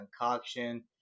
concoction